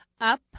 Up